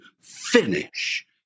finish